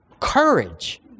Courage